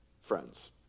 friends